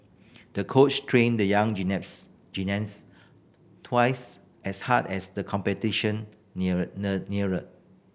the coach trained the young gymnast twice as hard as the competition near neared neared